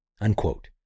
unquote